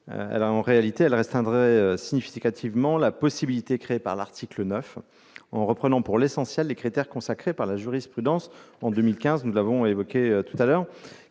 Son adoption restreindrait significativement la possibilité créée par l'article 9, en reprenant pour l'essentiel les critères consacrés par la jurisprudence en 2015- nous l'avons évoqué tout à l'heure